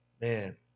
man